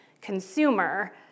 consumer